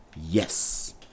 yes